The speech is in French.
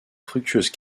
fructueuse